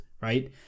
right